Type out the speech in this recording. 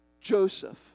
Joseph